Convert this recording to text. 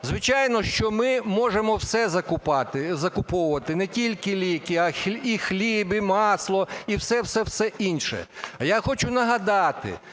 Звичайно, що ми можемо все закуповувати, не тільки ліки, а і хліб, і масло, і все-все-все інше. Я хочу нагадати,